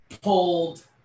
pulled